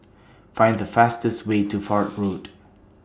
Find The fastest Way to Fort Road